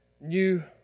new